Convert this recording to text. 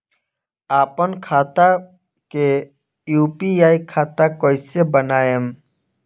आपन खाता के यू.पी.आई खाता कईसे बनाएम?